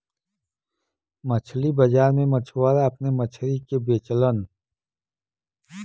मछरी बाजार में मछुआरा अपने मछरी के बेचलन